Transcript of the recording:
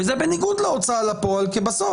וזה בניגוד להוצאה לפועל כי בסוף,